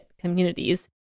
communities